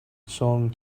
song